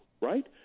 right